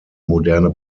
moderne